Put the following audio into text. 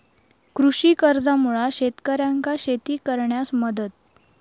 कृषी कर्जामुळा शेतकऱ्यांका शेती करण्यास मदत